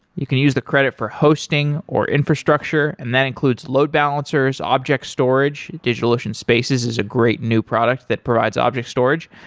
you can use the credit for hosting, or infrastructure, and that includes load balancers, object storage. digitalocean spaces is a great new product that provides object storage,